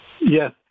Yes